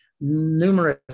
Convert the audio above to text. numerous